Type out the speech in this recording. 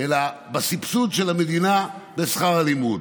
אלא בסבסוד של המדינה בשכר הלימוד.